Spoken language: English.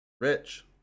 Rich